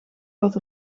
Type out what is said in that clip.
wat